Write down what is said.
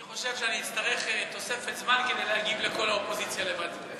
אני חושב שאני אצטרך תוספת זמן כדי להגיב לכל האופוזיציה לבד.